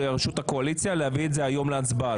ראשות הקואליציה להביא את זה היום להצבעה.